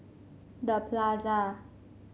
The Plaza